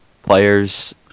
Players